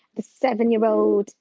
the seven-year-old,